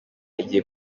igiye